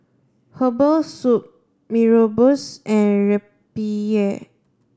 herbal soup Mee Rebus and Rempeyek